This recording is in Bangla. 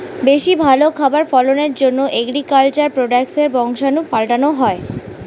বেশি ভালো খাবার ফলনের জন্যে এগ্রিকালচার প্রোডাক্টসের বংশাণু পাল্টানো হয়